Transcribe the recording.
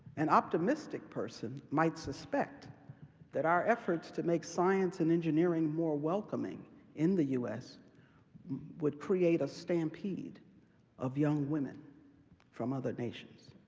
an optimistic person might suspect that our efforts to make science and engineering more welcoming in the us would create a stampede of young women from other nations,